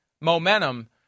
momentum